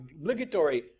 obligatory